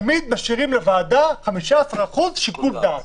תמיד משאירים לוועדה 15 אחוזים שיקול דעת.